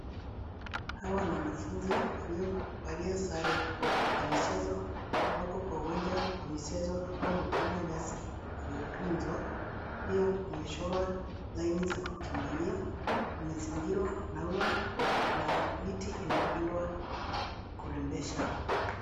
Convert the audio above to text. Hawa ni wanafunzi waliovalia sare za michezo. Wako kwa uwanja wa michezo ambao umepandwa nyasi iliyotunzwa. Pia umechorwa laini za kukimbilia. Umezingirwa na ua na miti imepandwa kurembesha.